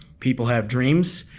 people have dreams.